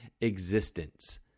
existence